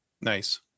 nice